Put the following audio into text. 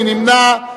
מי נמנע?